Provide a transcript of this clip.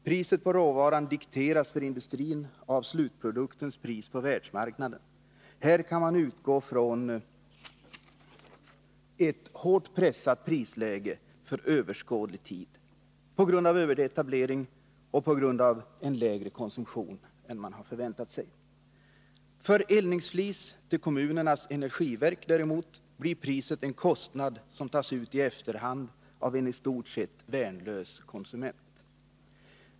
Priset på råvaran dikteras för industrin av slutproduktens pris på världsmarknaden, och här kan man utgå från ett hårt pressat prisläge för överskådlig tid på grund av överetablering och på grund av lägre konsumtion än man har förväntat sig. För eldningsflis till kommunernas energiverk däremot blir priset en kostnad som tas ut i efterhand av i stort sett värnlösa konsumenter.